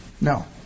no